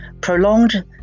prolonged